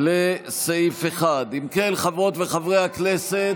לסעיף 1. אם כן, חברות וחברי הכנסת,